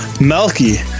Melky